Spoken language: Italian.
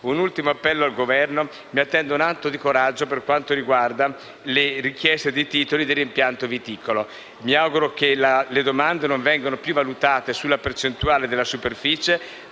un ultimo appello al Governo: mi attendo un atto di coraggio per quanto riguarda le richieste dei titoli del reimpianto viticolo. Mi auguro che le domande non vengano più valutate sulla percentuale della superficie,